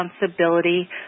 responsibility